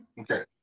Okay